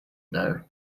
know